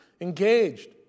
engaged